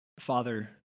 Father